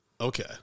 Okay